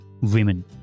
women